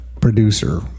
producer